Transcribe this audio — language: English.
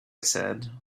said